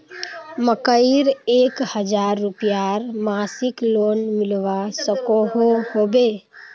मकईर एक हजार रूपयार मासिक लोन मिलवा सकोहो होबे?